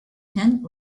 tent